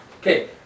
Okay